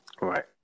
Right